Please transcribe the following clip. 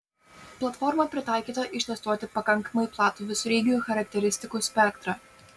platforma pritaikyta ištestuoti pakankamai platų visureigių charakteristikų spektrą